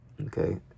okay